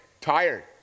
Tired